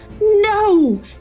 no